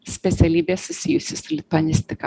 specialybė susijusi su lituanistika